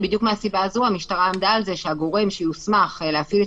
ובדיוק מהסיבה הזו המשטרה עמדה על כך שהגורם שיוסמך להפעיל את